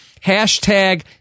hashtag